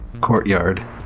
courtyard